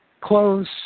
close